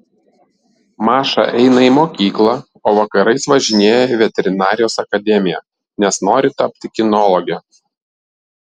maša eina į mokyklą o vakarais važinėja į veterinarijos akademiją nes nori tapti kinologe